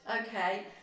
okay